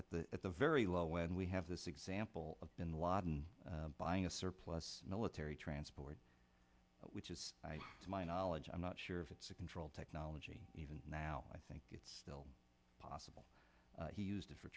at the at the very low when we have this example of bin laden buying a surplus military transport which is to my knowledge i'm not sure if it's a control technology even now i think it's still possible he used it for